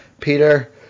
peter